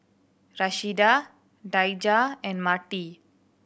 Rashida Daijah and Marty